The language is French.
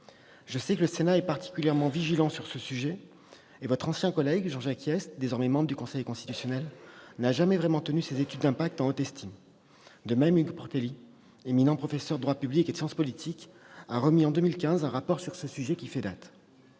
Je sais que le Sénat est particulièrement vigilant sur ce sujet. Votre ancien collègue Jean-Jacques Hyest, désormais membre du Conseil constitutionnel, n'a jamais vraiment tenu ces études d'impact en haute estime. Hugues Portelli, éminent professeur de droit public et de sciences politiques, a en outre remis en 2015 sur ce sujet un rapport qui a fait date.